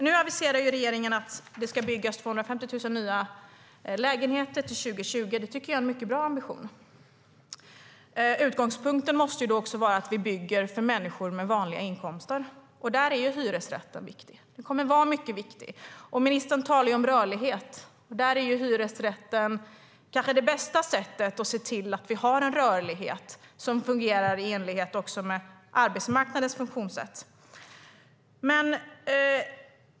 Nu aviserar regeringen att det ska byggas 250 000 nya lägenheter till 2020. Det tycker jag är en mycket bra ambition. Utgångspunkten måste då vara att vi bygger för människor med vanliga inkomster. Där är hyresrätten viktig. Den kommer att vara mycket viktig. Ministern talar om rörlighet. Hyresrätten är kanske det bästa sättet att se till att vi har en rörlighet som också fungerar i enlighet med arbetsmarknadens funktionssätt.